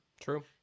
True